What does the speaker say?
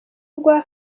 rwa